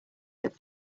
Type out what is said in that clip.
that